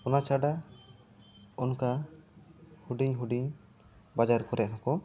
ᱚᱱᱟ ᱪᱷᱟᱰᱟ ᱚᱱᱠᱟ ᱦᱩᱰᱤᱧ ᱦᱩᱰᱤᱧ ᱵᱟᱡᱟᱨ ᱠᱚᱨᱮ ᱦᱚᱸᱠᱚ